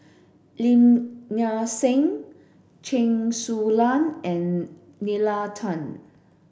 Lim Nang Seng Chen Su Lan and Nalla Tan